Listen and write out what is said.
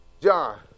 John